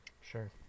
Sure